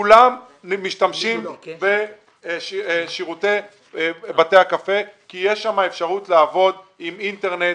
כולם משתמשים בשירותי בתי הקפה כי יש שם אפשרות לעבוד עם אינטרנט,